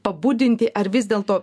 pabudinti ar vis dėlto